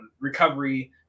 recovery